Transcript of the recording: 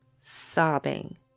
sobbing